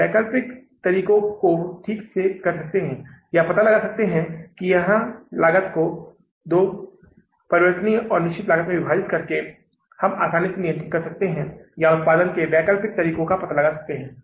तो इसका मतलब है 470 जमा 470 जमा 25000 कितनी आती है यह आती है समापन नकद शेष 25940 आ जाएगा यह अगस्त के महीने के लिए आपका समापन नकद शेष है 25940 अगस्त महीने के लिए समापन नकदी शेष है